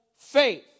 Faith